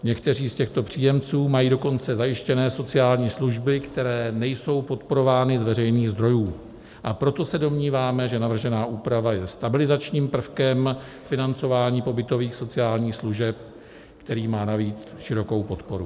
Někteří z těchto příjemců mají dokonce zajištěné sociální služby, které nejsou podporovány z veřejných zdrojů, a proto se domníváme, že navržená úprava je stabilizačním prvkem financování pobytových sociálních služeb, která má navíc širokou podporu.